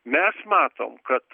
mes matom kad